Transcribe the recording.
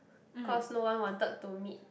cause no one wanted to meet